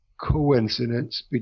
coincidence